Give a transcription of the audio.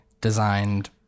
designed